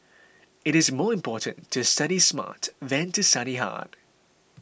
it is more important to study smart than to study hard